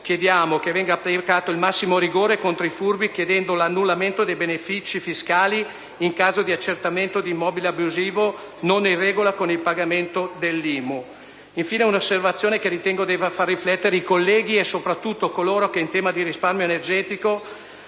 chiediamo che venga applicato il massimo rigore contro i furbi chiedendo l'annullamento dei benefici fiscali in caso di accertamento di immobile abusivo, non in regola con il pagamento dell'IMU. Infine, un'osservazione che ritengo debba far riflettere i colleghi e soprattutto coloro che in tema di risparmio energetico